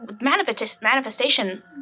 manifestation